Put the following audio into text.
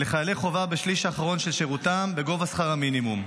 לחיילי חובה בשליש האחרון של שירותם בגובה שכר המינימום.